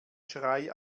schrei